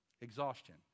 Exhaustion